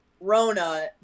Rona